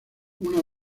una